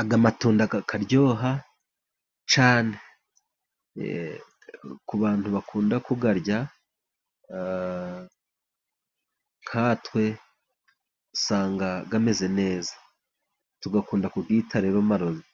Ayamatunda yararyoha cyane ku bantu bakunda kuyarya, nkatwe usanga ameze neza tugakunda kuyita rero